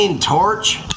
torch